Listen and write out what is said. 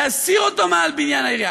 להסיר אותו מעל בניין העירייה.